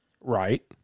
Right